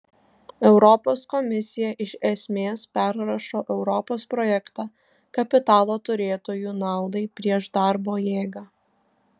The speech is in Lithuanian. europos komisija iš esmės perrašo europos projektą kapitalo turėtojų naudai prieš darbo jėgą